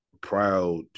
proud